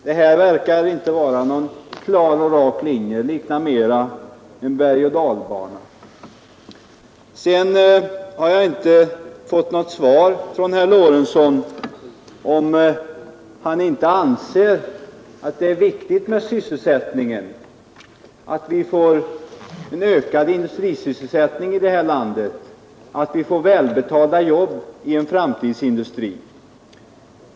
Det här verkar inte vara någon klar och rak linje; det liknar mer en bergoch dalbana. Jag har inte fått något svar från herr Lorentzon på frågan om han inte anser att det är viktigt med sysselsättningen, att vi får en ökad industrisysselsättning här i landet, att vi får välbetalda jobb i en framtidsindustri.